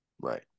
right